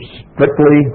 strictly